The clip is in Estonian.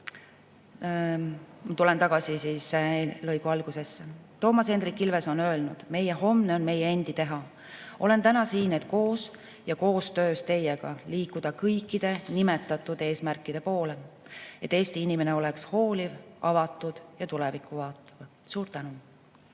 Ma tulen siis tagasi lõigu algusesse. Toomas Hendrik Ilves on öelnud: "Meie homne on meie endi teha." Olen täna siin, et koos ja koostöös teiega liikuda kõikide nimetatud eesmärkide poole, et Eesti inimene oleks hooliv, avatud ja tulevikku vaatav. Suur tänu!